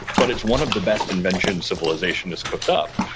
but it's one of the best inventions civilizations has cooked up.